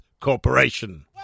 Corporation